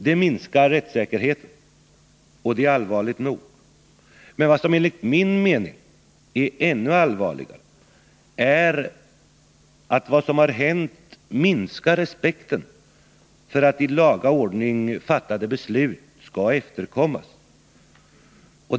Det minskar rättssäkerheten, och det är allvarligt nog, men det är enligt min mening ännu allvarligare att vad som har hänt minskar respekten för att i laga ordning fattade beslut skall efterkommas.